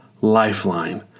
lifeline